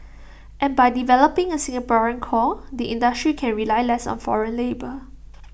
and by developing A Singaporean core the industry can rely less on foreign labour